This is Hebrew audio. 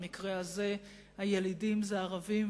במקרה הזה "הילידים" הם הערבים,